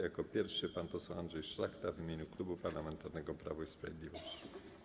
Jako pierwszy pan poseł Andrzej Szlachta w imieniu Klubu Parlamentarnego Prawo i Sprawiedliwość.